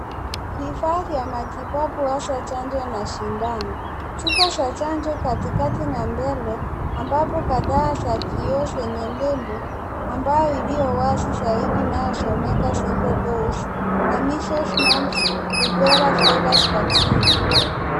Vifaa vya matibabu hasa chanjo na sindano. Chupa za chanjo katikati na mbele ambapo kadhaa zenye nembo ambayo iliyo wazi zaidi inayosomeka single dose, na measles mumps, rubella virus vaccine .